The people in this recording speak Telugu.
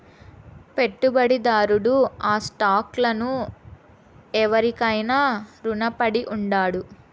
పెట్టుబడిదారుడు ఆ స్టాక్ లను ఎవురికైనా రునపడి ఉండాడు